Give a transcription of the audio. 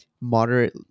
moderate